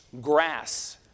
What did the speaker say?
grass